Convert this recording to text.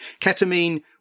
Ketamine